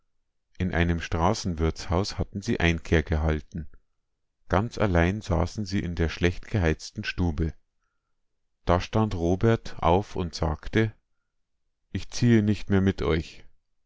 in einem straßenwirtshaus hatten sie einkehr gehalten ganz allein saßen sie in der schlecht geheizten stube da stand robert auf und sagte ich ziehe nicht mehr mit euch